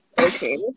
Okay